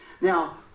Now